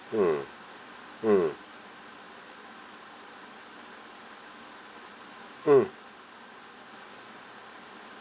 mm mm mm